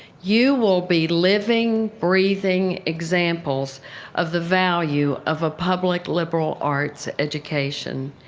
you will be living, breathing examples of the value of a public liberal arts education.